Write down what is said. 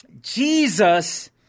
Jesus